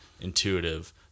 intuitive